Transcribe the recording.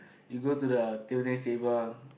you go to the table tennis table